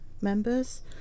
members